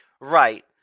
Right